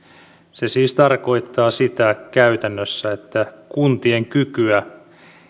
se siis tarkoittaa käytännössä sitä että kuntien kykyä